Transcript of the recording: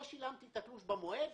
לא שילמתי את התלוש במועד,